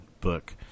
book